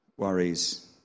Worries